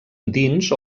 dins